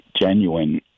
genuine